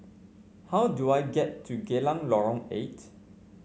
how do I get to Geylang Lorong Eight